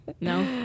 No